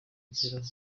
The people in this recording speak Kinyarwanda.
kugeraho